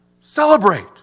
Celebrate